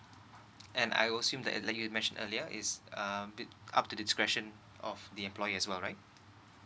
and I'd assume that like you mentioned earlier is um be up to discretion of the employers as well right